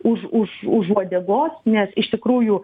už už už uodegos nes iš tikrųjų